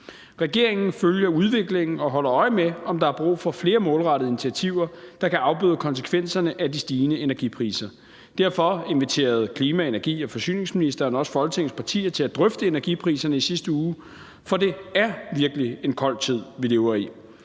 Regeringen følger udviklingen og holder øje med, om der er brug for flere målrettede initiativer, der kan afbøde konsekvenserne af de stigende energipriser. Derfor inviterede klima-, energi- og forsyningsministeren i sidste uge også forligspartierne til at drøfte energipriserne. Det er virkelig en kold tid, vi lever i,